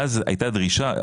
ואז הייתה דרישה,